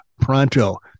pronto